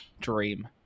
dream